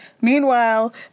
meanwhile